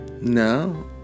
No